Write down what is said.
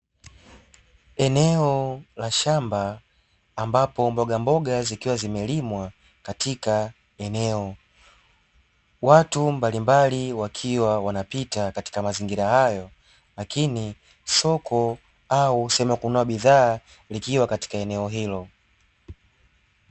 Eneo la shamba ambapo mbogamboga zikiwa zimelimwa katika eneo, watu mbalimbali wakiwa wanapita katika mazingira hayo lakini soko au sehemu ya kununua bidhaa ikiwa katika eneo hilo.